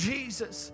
Jesus